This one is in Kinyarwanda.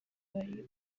bari